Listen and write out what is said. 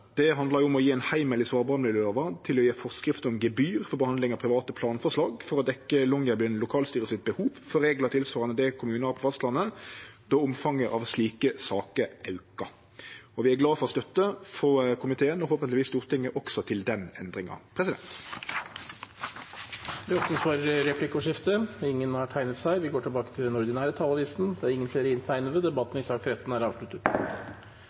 Det handlar om å gje ein heimel i svalbardmiljølova til å gje forskrift om gebyr for behandling av private planforslag, for å dekkje lokalstyret i Longyearbyens behov for reglar tilsvarande det kommunar har på fastlandet, då omfanget av slike saker aukar. Vi er glad for støtte frå komiteen, og forhåpentlegvis frå Stortinget, også til den endringa. Flere har ikke bedt om ordet til sak nr. 13. Etter ønske fra energi- og miljøkomiteen vil presidenten ordne debatten slik: 3 minutter til hver partigruppe og 3 minutter til medlemmer av regjeringen. Videre vil det